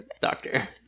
doctor